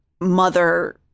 mother